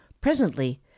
presently